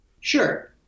Sure